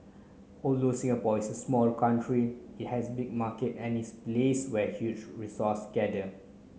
although Singapore is a small country it has big market and its place where huge resource gather